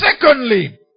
Secondly